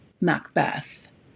Macbeth